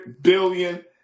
billion